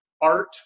art